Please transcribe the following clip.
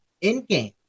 in-game